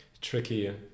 tricky